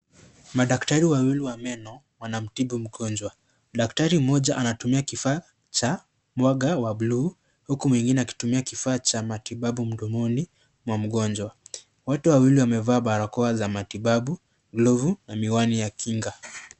Madaktari wawili wa meno wanamtibu mgonjwa. Daktari mmoja anatumia kifaa cha mwanga wa buluu. Huku mwingine akitumia kifaa cha matibabu mdomoni mwa mgonjwa. Wote wawili wamevaa barakoa za matibabu, glovu na miwani ya kinga.